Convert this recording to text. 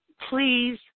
please